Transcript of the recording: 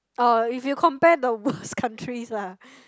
oh if you compare the worst countries lah